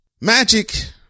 Magic